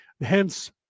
Hence